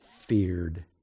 feared